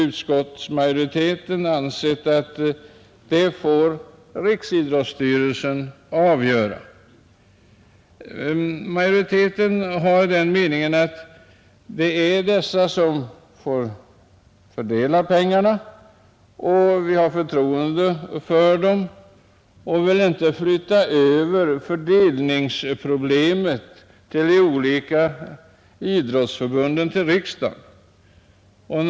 Utskottsmajoriteten har ansett att Riksidrottsstyrelsen får avgöra detta. Majoriteten är av den meningen att Riksidrottsstyrelsen får fördela pengarna. Vi har förtroende för den och vill inte till riksdagen flytta över problemet med fördelningen av medlen till de olika förbunden.